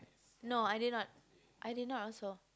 no I did not I did not also